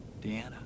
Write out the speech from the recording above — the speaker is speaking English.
Deanna